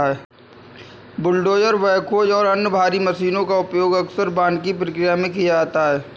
bulldozer backhoes और अन्य भारी मशीनों का उपयोग अक्सर वानिकी प्रक्रिया में किया जाता है